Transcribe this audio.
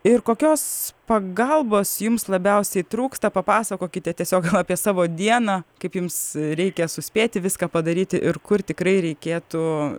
ir kokios pagalbos jums labiausiai trūksta papasakokite tiesiog apie savo dieną kaip jums reikia suspėti viską padaryti ir kur tikrai reikėtų